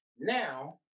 Now